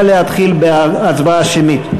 נא להתחיל בהצבעה שמית.